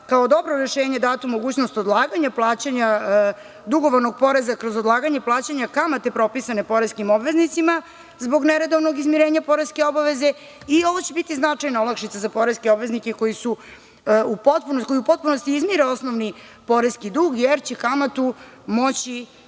kao dobro rešenje datu mogućnost odlaganja plaćanja dugovanog poreza kroz odlaganje plaćanja kamate propisane poreskim obveznicima zbog neredovnog izmirenja poreske obaveze. Ovo će biti značajna olakšica za poreske obveznike koji u potpunosti izmire osnovni poreski dug jer će kamatu moći